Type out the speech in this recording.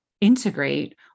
integrate